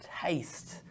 taste